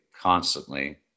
constantly